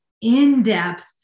in-depth